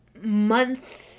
month